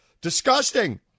disgusting